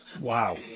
Wow